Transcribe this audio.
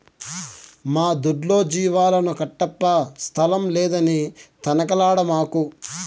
మా దొడ్లో జీవాలను కట్టప్పా స్థలం లేదని తనకలాడమాకు